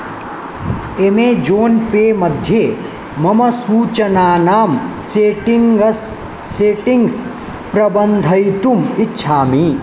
Amazon Pay मध्ये मम सूचनानां सेट्टिङ्गस् सटिङ्ग्स् प्रबन्धयितुम् इच्छामि